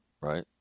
right